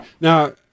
Now